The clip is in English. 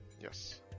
Yes